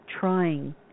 trying